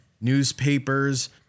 Newspapers